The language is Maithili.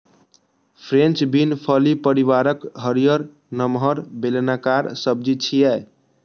फ्रेंच बीन फली परिवारक हरियर, नमहर, बेलनाकार सब्जी छियै